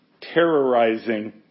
terrorizing